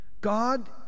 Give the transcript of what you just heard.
God